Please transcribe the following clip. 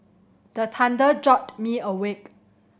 the thunder jolt me awake